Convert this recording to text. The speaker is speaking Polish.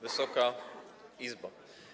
Wysoka Izbo!